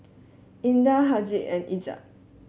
Indah Haziq and Izzat